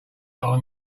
got